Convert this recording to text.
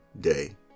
day